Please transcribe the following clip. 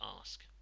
ask